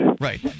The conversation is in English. Right